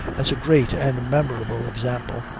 as a great and memorable example.